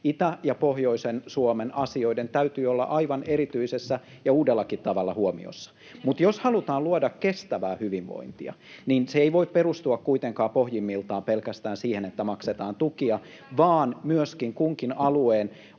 itäisen ja pohjoisen Suomen asioiden täytyy olla aivan erityisessä ja uudellakin tavalla huomiossa. Mutta jos halutaan luoda kestävää hyvinvointia, niin se ei voi perustua kuitenkaan pohjimmiltaan pelkästään siihen, että maksetaan tukia [Katri Kulmunin